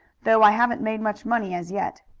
though i haven't made much money as yet.